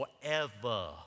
forever